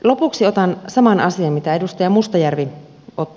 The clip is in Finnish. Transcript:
lopuksi otan saman asian mitä edustaja mustajärvi otti